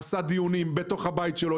הוא עשה דיונים בתוך הבית שלו,